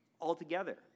altogether